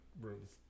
rooms